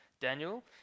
Daniel